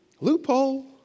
Loophole